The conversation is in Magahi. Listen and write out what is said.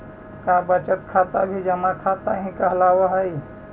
का बचत खाता भी जमा खाता ही कहलावऽ हइ?